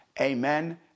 Amen